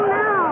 no